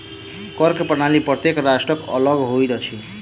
कर के प्रणाली प्रत्येक राष्ट्रक अलग होइत अछि